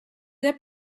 that